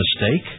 mistake